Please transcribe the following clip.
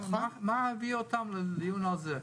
מה הביאו אותם דווקא לדיון על זה?